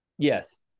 Yes